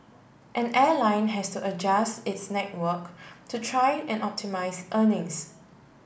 an airline has to adjust its network to try and optimise earnings